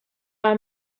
are